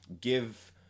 give